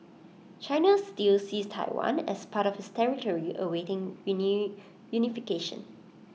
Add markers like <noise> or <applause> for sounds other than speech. China still sees Taiwan as part of its territory awaiting <unintelligible> reunification